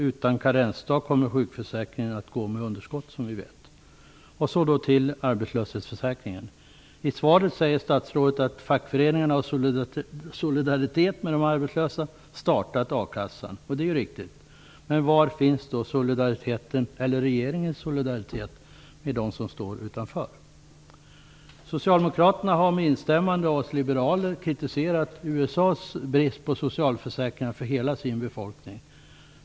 Utan karensdag kommer sjukförsäkringen att gå med underskott, som vi vet. Så till arbetslöshetsförsäkringen: I svaret säger statsrådet att fackföreningarna i solidaritet med de arbetslösa startat a-kassan. Det är ju riktigt. Men var finns regeringens solidaritet med dem som står utanför? Socialdemokraterna har med instämmande av oss liberaler kritiserat USA:s brist på socialförsäkringar för hela sin befolkning.